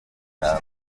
zijya